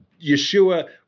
Yeshua